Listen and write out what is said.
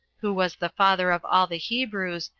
who was the father of all the hebrews,